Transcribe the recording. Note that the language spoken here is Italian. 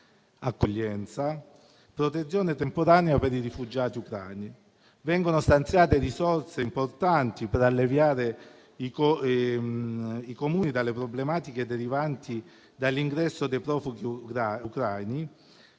accoglienza, protezione temporanea per i rifugiati ucraini. Vengono stanziate risorse importanti per alleviare i Comuni dalle problematiche derivanti dall'ingresso dei profughi ucraini